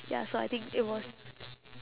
ya so I think it was